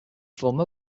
formed